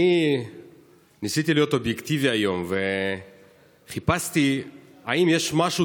אני ניסיתי להיות אובייקטיבי היום וחיפשתי אם יש משהו